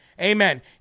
Amen